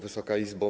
Wysoka Izbo!